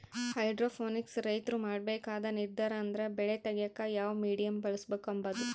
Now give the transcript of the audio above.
hydroponic ರೈತ್ರು ಮಾಡ್ಬೇಕಾದ ನಿರ್ದಾರ ಅಂದ್ರ ಬೆಳೆ ತೆಗ್ಯೇಕ ಯಾವ ಮೀಡಿಯಮ್ ಬಳುಸ್ಬಕು ಅಂಬದು